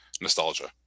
nostalgia